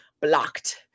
blocked